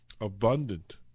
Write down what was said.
abundant